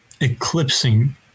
eclipsing